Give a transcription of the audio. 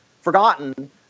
forgotten